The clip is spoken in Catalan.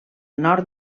nord